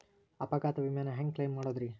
ಅಪಘಾತ ವಿಮೆನ ಹ್ಯಾಂಗ್ ಕ್ಲೈಂ ಮಾಡೋದ್ರಿ?